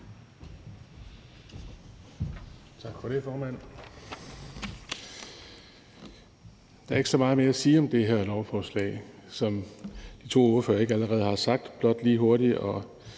Tak for det, formand. Der er ikke så meget mere at sige om det her lovforslag, som de to ordførere ikke allerede har sagt. Jeg vil blot lige hurtigt